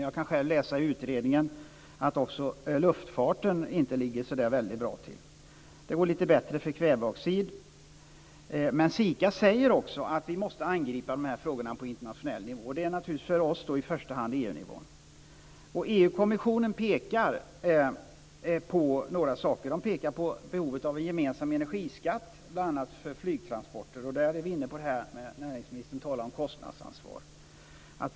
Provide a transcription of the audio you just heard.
Jag kan själv läsa i utredningen att inte heller luftfarten ligger så väldigt bra till. Det går lite bättre för kväveoxiden. SIKA säger också att vi måste angripa de här frågorna på internationell nivå. För oss handlar det naturligtvis i första hand om EU-nivån. EU kommissionen pekar på några saker. De pekar på behovet av en gemensam energiskatt bl.a. för flygtransporter. Då är vi inne på detta om kostnadsansvar som näringsministern talade om.